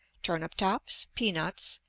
turnip-tops, peanuts,